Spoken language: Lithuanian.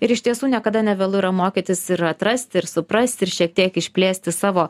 ir iš tiesų niekada nevėlu yra mokytis ir atrasti ir suprasti ir šiek tiek išplėsti savo